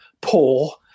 poor